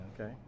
okay